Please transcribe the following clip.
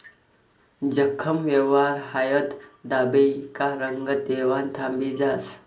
जखम व्हवावर हायद दाबी का रंगत येवानं थांबी जास